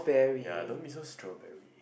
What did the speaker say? ya don't be so strawberry